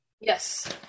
Yes